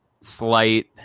slight